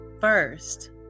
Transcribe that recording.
first